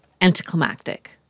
anticlimactic